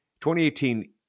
2018